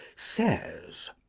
says